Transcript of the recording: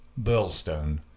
Burlstone